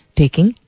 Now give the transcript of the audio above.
taking